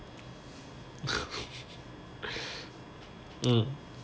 mm